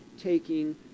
taking